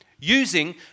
Using